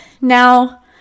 now